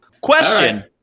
Question